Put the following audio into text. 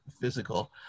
physical